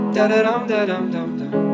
Da-da-dum-da-dum-dum-dum